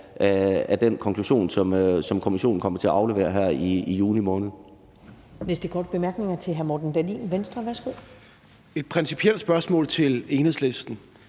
af den konklusion, som kommissionen kommer til at aflevere her i juni måned.